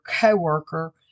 coworker